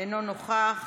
אינו נוכח,